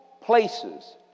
places